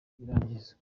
birangizwa